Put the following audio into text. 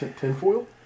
Tinfoil